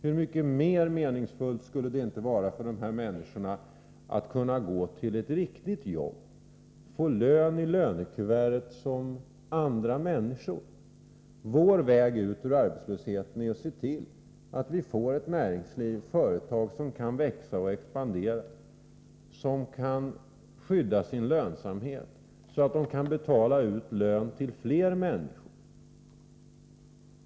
Hur mycket mer meningsfullt skulle det inte vara för de människorna att kunna gå till ett riktigt jobb och få lön i lönekuvertet som andra människor? Vår väg ut ur arbetslöshet är att se till att vi får ett näringsliv och företag som kan växa och expandera och som kan skydda sin lönsamhet så att de kan betala ut lön till fler människor.